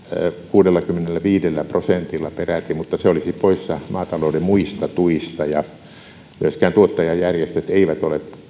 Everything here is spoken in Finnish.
kuudellakymmenelläviidellä prosentilla peräti mutta se olisi poissa maatalouden muista tuista myöskään tuottajajärjestöt eivät ole